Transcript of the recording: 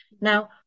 Now